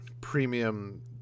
premium